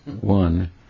one